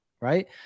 Right